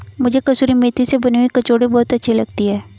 मुझे कसूरी मेथी से बनी हुई कचौड़ी बहुत अच्छी लगती है